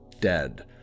dead